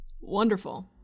wonderful